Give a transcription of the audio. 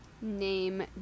name